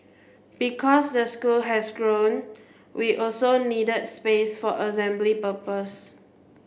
because the school has grown we also need space for assembly purposes